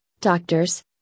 doctors